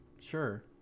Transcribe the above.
Sure